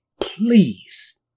Please